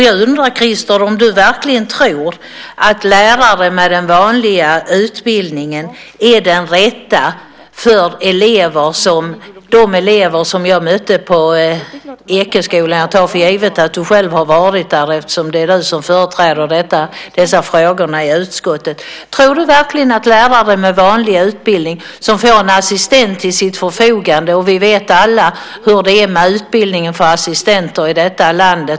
Jag undrar om du verkligen tror, Christer, att lärare med den vanliga utbildningen är de rätta för de elever som jag mötte på Ekeskolan. Jag tar för givet att du själv har varit där, eftersom det är du som företräder dessa frågor i utskottet. Tror du verkligen att lärare med vanlig utbildning som får en assistent till sitt förfogande är de rätta? Vi vet alla hur det är med utbildningen för assistenter i detta land.